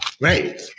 Right